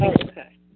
Okay